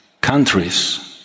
countries